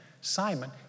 Simon